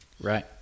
Right